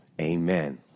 Amen